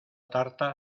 tarta